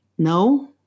No